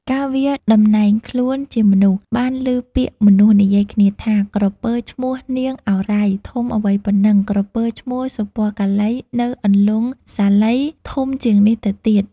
កាលវាតំណែងខ្លួនជាមនុស្ស បានឮពាក្យមនុស្សនិយាយគ្នាថា " ក្រពើឈ្មោះ នាងឱរ៉ៃ ធំអ្វីប៉ុណ្ណឹង ក្រពើឈ្មោះ សុពណ៌កាឡី នៅអន្លង់ សាលី ធំជាងនេះទៅទៀត " ។